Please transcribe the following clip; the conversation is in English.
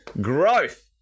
Growth